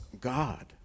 God